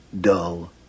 dull